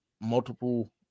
multiple